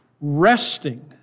Resting